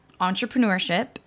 Entrepreneurship